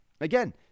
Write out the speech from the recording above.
Again